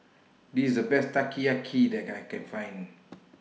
This IS The Best Teriyaki that I Can Find